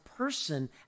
person